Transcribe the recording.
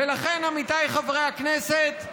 ולכן, עמיתיי חברי הכנסת,